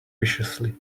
viciously